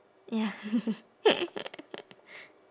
ya